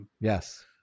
yes